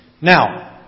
Now